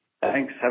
Thanks